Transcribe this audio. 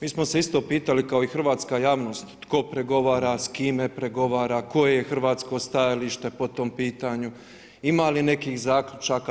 Mi smo se isto pitali kao i hrvatska javnost tko pregovara, s kime pregovara, koje je hrvatsko stajalište po tom pitanju, ima li nekih zaključaka.